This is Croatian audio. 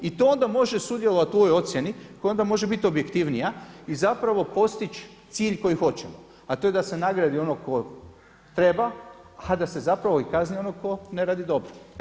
I to onda može sudjelovati u ovoj ocjeni koja onda može biti objektivnija i zapravo postići cilj koji hoćemo a to je da se nagradi onog kog treba a da se zapravo i kazni onog tko ne radi dobro.